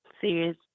serious